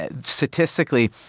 Statistically